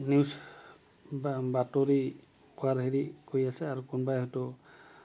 news বা বাতৰি কোৱাৰ হেৰি কৰি আছে আৰু কোনোবাই হয়তো